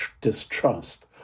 distrust